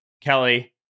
Kelly